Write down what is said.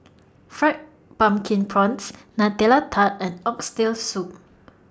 Fried Pumpkin Prawns Nutella Tart and Oxtail Soup